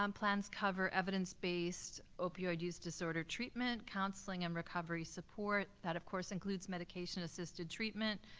um plans cover evidence-based opioid use disorder treatment, counseling and recovery support. that of course includes medication-assisted treatment.